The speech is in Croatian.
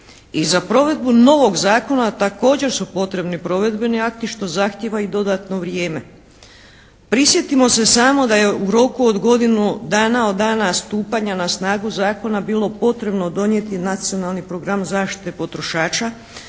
i za provedbu novog zakona također su potrebni provedbeni akti što zahtjeva i dodatno vrijeme. Prisjetimo se samo da je roku od godinu dana od dana stupanja na snagu zakona bilo potrebno donijeti Nacionalni program zaštite potrošača